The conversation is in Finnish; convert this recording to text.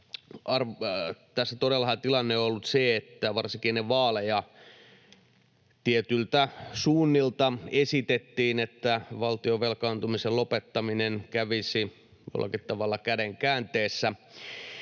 Tässähän todella tilanne on ollut se, että varsinkin ennen vaaleja tietyiltä suunnilta esitettiin, että valtion velkaantumisen lopettaminen kävisi jollakin tavalla käden käänteessä,